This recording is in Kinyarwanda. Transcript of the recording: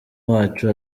wacu